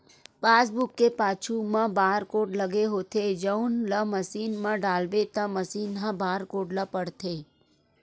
passbook के पाछू म बारकोड लगे होथे जउन ल मसीन म डालबे त मसीन ह बारकोड ल पड़थे